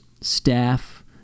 staff